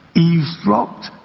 eavesdropped,